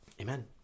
amen